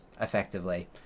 effectively